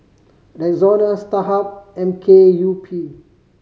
Rexona Starhub M K U P